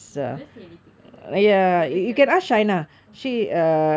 they never say anything like that they just tell us to okay